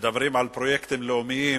ומדברים על פרויקטים לאומיים,